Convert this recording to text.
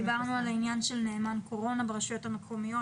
דיברנו על נאמן קורונה ברשויות המקומיות.